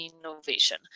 innovation